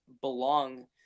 belong